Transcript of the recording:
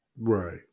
Right